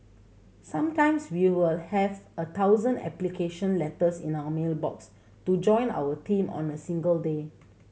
sometimes we will have a thousand application letters in our mail box to join our team on a single day